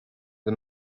the